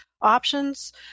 options